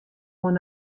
oan